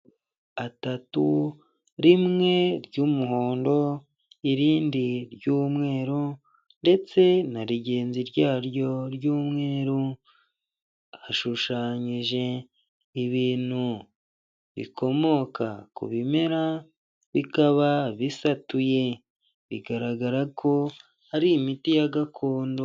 Atatu rimwe ry'umuhondo, irindi ry'umweru, ndetse na rigenzi ryaryo ry'umweru, hashushanyije ibintu bikomoka ku bimera bikaba bisatuye bigaragara ko ahari imiti ya gakondo.